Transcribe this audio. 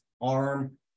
arm